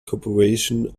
corporation